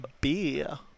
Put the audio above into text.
beer